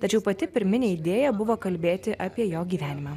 tačiau pati pirminė idėja buvo kalbėti apie jo gyvenimą